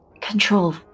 control